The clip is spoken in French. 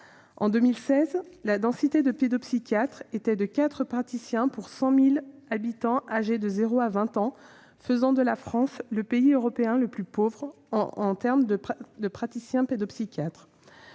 En 2016, la densité de pédopsychiatres était de 4 praticiens pour 100 000 habitants âgés de 0 à 20 ans, faisant de la France le pays européen le plus pauvre en ce domaine. Pour illustrer